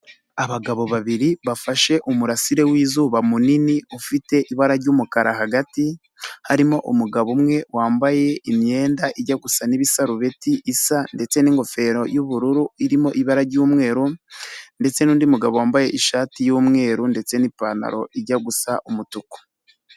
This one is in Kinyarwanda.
Abagabo babiri bafashe umurasire w'izuba munini, ufite ibara ry'umukara hagati, harimo umugabo umwe wambaye imyenda ijya gusa n'ibisarubeti isa ndetse n'ingofero y'ubururu irimo ibara ry'umweru ndetse n'undi mugabo wambaye ishati y'umweru ndetse n'ipantaro ijya gusa umutuku.